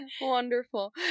wonderful